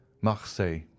Marseille